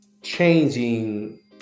changing